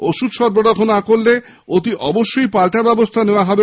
ওষুধ সরবরাহ না করলে অতি অবশ্যই পাল্টা ব্যবস্হা নেওয়া হবে